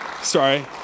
Sorry